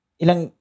ilang